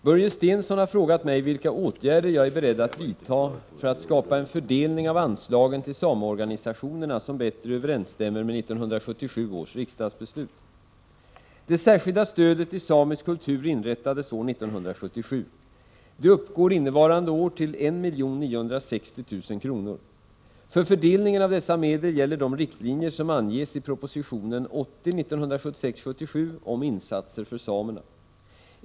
Herr talman! Börje Stensson har frågat mig vilka åtgärder jag är beredd att vidta för att skapa en fördelning av anslagen till sameorganisationerna som bättre överensstämmer med 1977 års riksdagsbeslut. Det särskilda stödet till samisk kultur inrättades år 1977. Det uppgår innevarande år till 1 960 000 kr. För fördelningen av dessa medel gäller de riktlinjer som anges i propositionen 1976/77:80 Om insatser för samerna.